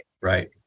Right